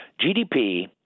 GDP